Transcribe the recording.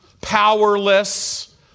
powerless